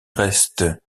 reste